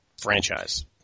franchise